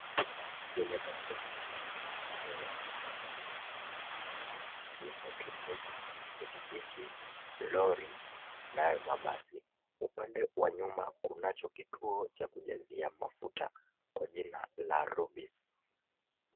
Kwenye barabara hii mnayo magari mengi mno ikiwemo tukutuku pikipiki, lori nayo mabasi. Upande wa nyuma kunacho kituo cha kujazia mafuta kwa jina la Rubis.